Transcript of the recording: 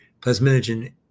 plasminogen